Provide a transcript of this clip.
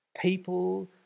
People